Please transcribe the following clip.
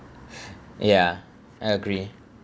ya I agree